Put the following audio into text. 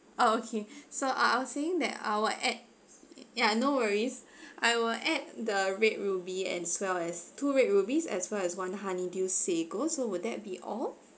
oh okay so uh I was saying that I will add ya no worries I will add the red ruby and well as two red rubies as well as one honeydew sago so will that be all